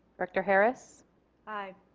director harris aye.